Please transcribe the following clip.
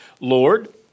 Lord